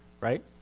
Right